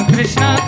Krishna